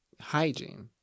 Hygiene